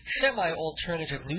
semi-alternative